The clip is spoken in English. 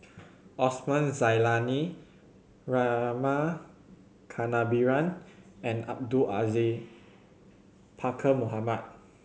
Osman Zailani Rama Kannabiran and Abdul Aziz Pakkeer Mohamed